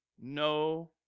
no